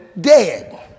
dead